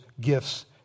gifts